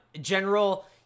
General